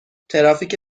ترافیک